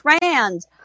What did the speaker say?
trans